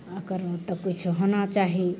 एकर तऽ किछु होना चाही